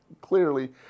clearly